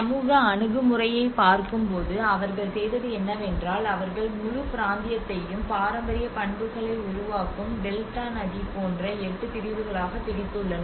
சமூக அணுகுமுறையைப் பார்க்கும்போது அவர்கள் செய்தது என்னவென்றால் அவர்கள் முழு பிராந்தியத்தையும் பாரம்பரிய பண்புகளை உருவாக்கும் டெல்டா நதி போன்ற எட்டு பிரிவுகளாகப் பிரித்து உள்ளனர்